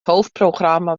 hoofdprogramma